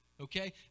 Okay